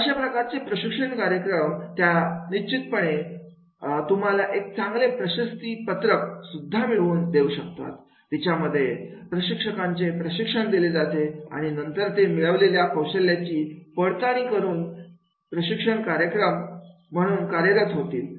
अशा प्रकारचे प्रशिक्षण कार्यक्रम त्या निश्चितपणे तुम्हाला एक चांगले प्रशस्तिपत्रक सुद्धा मिळवून देऊ शकतात तिच्यामध्ये प्रशिक्षकांचे प्रशिक्षण दिले आणि नंतर ते मिळवलेल्या कौशल्यांची पडताळणी करून कार्यक्षम प्रशिक्षक म्हणून कार्यरत होतील